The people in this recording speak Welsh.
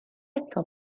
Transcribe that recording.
eto